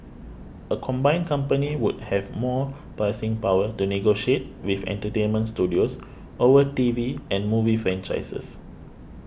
a combined company would have more pricing power to negotiate with entertainment studios over T V and movie franchises